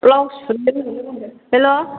hello